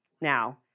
now